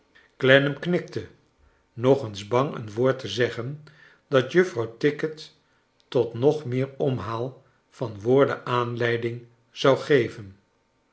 clennam knikte nog eens bang een woord te zeggen dat juffrouw tickit tot nog meer omhaal van woorden aanleiding zou geven